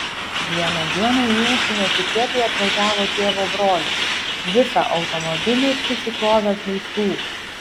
vieną dieną į ūkį netikėtai atvažiavo tėvo brolis visą automobilį prisikrovęs žaislų